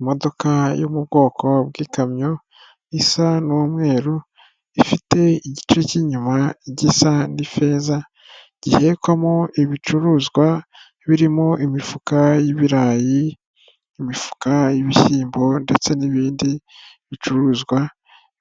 Imodoka yo mu bwoko bw'ikamyo isa n'umweru, ifite igice k'inyuma gisa n'ifeza, gihekwamo ibicuruzwa birimo imifuka y'ibirayi, imifuka y'ibishyimbo ndetse n'ibindi bicuruzwa